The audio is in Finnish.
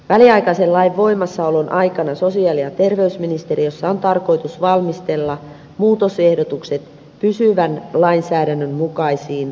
väliaikaisen lain voimassaolon aikana sosiaali ja terveysministeriössä on tarkoitus valmistella muutosehdotukset pysyvän lainsäädännön mukaisiin vakavaraisuussäännöksiin